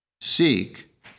Seek